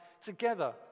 together